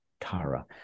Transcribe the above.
tara